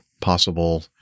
possible